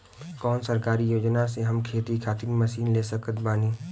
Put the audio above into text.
कौन सरकारी योजना से हम खेती खातिर मशीन ले सकत बानी?